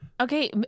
Okay